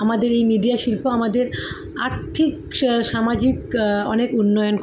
আমাদের এই মিডিয়া শিল্প আমাদের আর্থিক সা সামাজিক অনেক উন্নয়ন করেছে